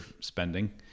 spending